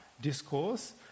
Discourse